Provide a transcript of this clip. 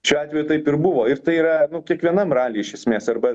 šiuo atveju taip ir buvo ir tai yra kiekvienam raly iš esmės arba